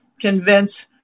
convince